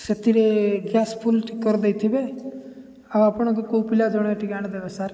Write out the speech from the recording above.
ସେଥିରେ gas full ଟିକେ କରିଦେଇଥିବେ ଆଉ ଆପଣଙ୍କୁ କେଉଁ ପିଲା ଜଣେ ଟିକେ ଆଣିଦେବେ ସାର୍